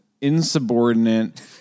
insubordinate